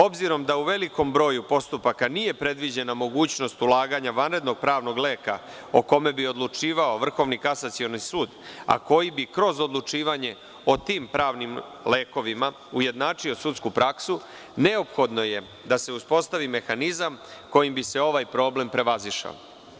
Obzirom da u velikom broju postupaka nije predviđena mogućnost ulaganja vanrednog pravnog leka o kome bi odlučivao Vrhovni kasacioni sud, a koji bi kroz odlučivanje o tim pravnim lekovima ujednačio sudsku praksu, neophodno je da se uspostavi mehanizam kojim bi se ovaj problem prevazišao.